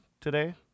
today